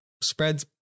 spreads